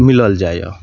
मिलल जाइए